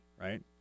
Right